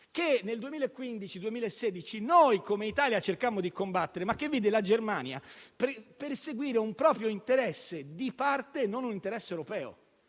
che nel 2015-2016 noi, come Italia, cercammo di combattere, ma che vide la Germania perseguire un proprio interesse di parte e non un interesse europeo.